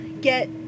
get